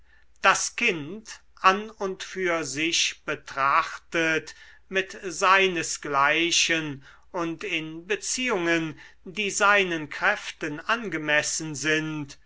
das kind an und für sich betrachtet mit seinesgleichen und in beziehungen die seinen kräften angemessen sind